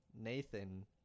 nathan